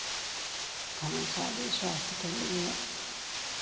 घास आदि स्वास्थ्य के लिए